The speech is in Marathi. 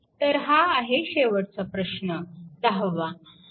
तर हा आहे शेवटचा प्रश्न दहावा प्रश्न